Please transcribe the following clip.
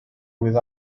with